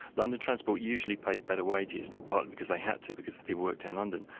london transport usually paid better wages, partly because they had to because people worked in london,